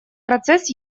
процесс